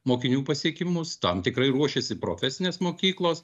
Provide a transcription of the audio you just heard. mokinių pasiekimus tam tikrai ruošėsi profesinės mokyklos